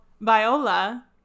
Viola